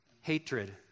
hatred